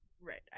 Right